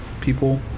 people